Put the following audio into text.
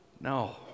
No